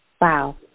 Wow